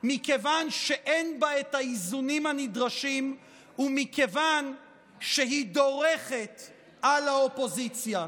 מכיוון שאין בה את האיזונים הנדרשים ומכיוון שהיא דורכת על האופוזיציה.